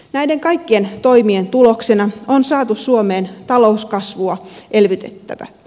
näiden kaikkien toimien tuloksena on saatu suomen talouskasvua elvytettyä